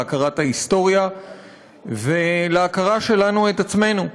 להכרת ההיסטוריה ולהכרה שלנו את עצמנו.